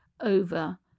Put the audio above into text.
over